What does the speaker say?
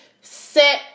set